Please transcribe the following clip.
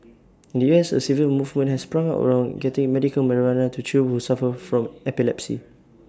in the U S A civil movement has sprung up around getting medical marijuana to children who suffer from epilepsy